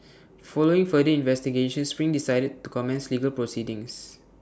following further investigations spring decided to commence legal proceedings